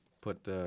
put